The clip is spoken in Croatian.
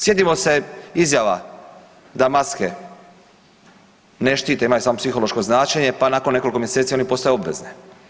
Sjetimo se izjava da maske ne štite, imaju samo psihološko značenje, pa nakon nekoliko mjeseci one postaju obvezne.